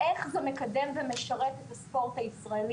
איך זה מקדם ומשרת את הספורט הישראלי?